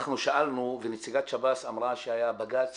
אנחנו שאלנו ונציגת שב"ס אמרה שהיה בג"ץ